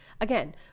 Again